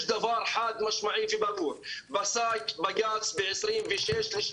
יש דבר חד משמעי וברור, מסר בג"צ ב-26.3.2018.